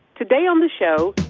today on the show,